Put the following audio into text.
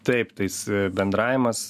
taip tais bendravimas